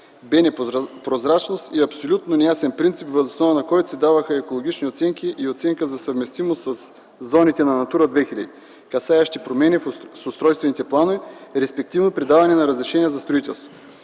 бе непрозрачност и абсолютно неясен принцип, въз основа на който се даваха екологични оценки и оценка за съвместимост със зоните на „Натура 2000”, касаещи промени в устройствените планове, респективно при даване на разрешение за строителство.